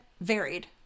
varied